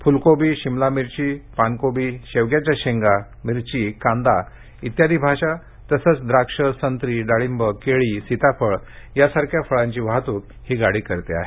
फुलकोबी शिमला मिर्ची पान कोबी शेवग्याच्या शेंगा मिरची कांदा इत्यादी भाज्या तसेच द्राक्षे संत्री डाळिंब केळी सिताफळे यासारख्या फळांची वाहत्रक ही गाडी करते आहे